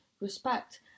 respect